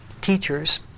teachers